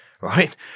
right